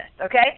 Okay